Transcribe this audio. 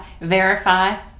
verify